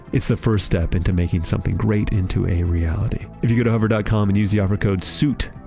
it's the first step into making something great into a reality. if you go to hover dot com and use the offer code suit,